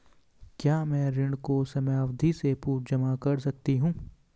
क्या मैं ऋण को समयावधि से पूर्व जमा कर सकती हूँ?